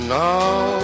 now